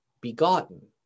begotten